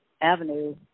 Avenue